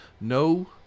No